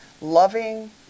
Loving